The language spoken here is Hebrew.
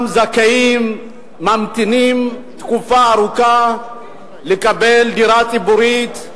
זכאים ממתינים תקופה ארוכה לקבלת דירה ציבורית,